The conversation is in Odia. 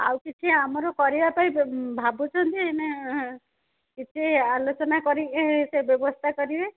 ଆଉ କିଛି ଆମର କରିବା ପାଇଁ ଭାବୁଛନ୍ତି ନା କିଛି ଆଲୋଚନା କରିକି ସେ ବ୍ୟବସ୍ଥା କରିବେ